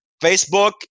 Facebook